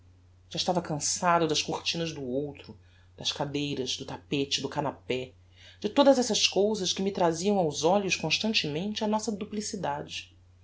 já estava cançado das cortinas do outro das cadeiras do tapete do canapé de todas essas cousas que me traziam aos olhos constantemente a nossa duplicidade